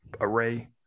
array